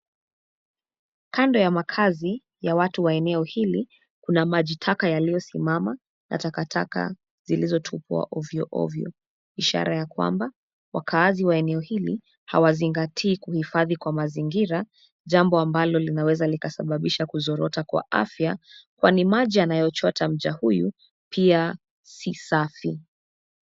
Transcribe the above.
Kando ya makazi ya watu wa eneo hili kuna maji taka yaliyosimama na takataka zilizotupwa ovyoovyo, ishara ya kwamba wakaazi wa eneo hili hawazingatii kuhifadhi kwa mazingira jambo ambalo linaweza likasababisha kuzorota kwa afya kwani maji anayochota mja huyu pia si safi.